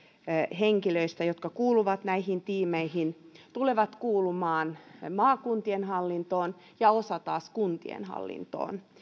henkilöistä jotka kuuluvat näihin tiimeihin tulee kuulumaan maakuntien hallintoon ja osa taas kuntien hallintoon